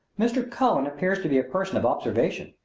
mr. cullen appears to be a person of observation.